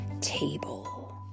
table